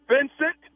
Vincent